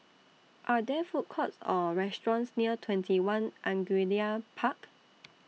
Are There Food Courts Or restaurants near TwentyOne Angullia Park